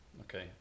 Okay